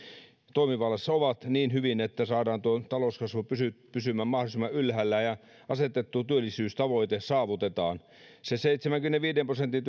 toimivallassa ovat niin hyvin että saadaan tuo talouskasvu pysymään pysymään mahdollisimman ylhäällä ja asetettu työllisyystavoite saavutetaan sen seitsemänkymmenenviiden prosentin